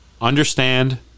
understand